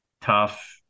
tough